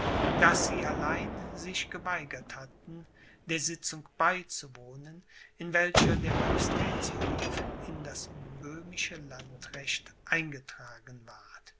daß sie allein sich geweigert hatten der sitzung beizuwohnen in welcher der majestätsbrief in das böhmische landrecht eingetragen ward